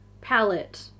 palette